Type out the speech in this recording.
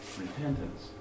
Repentance